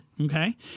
Okay